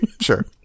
Sure